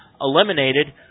eliminated